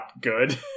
good